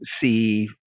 see